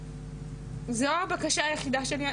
זו הבקשה היחידה שלי,